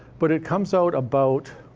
but it comes out about.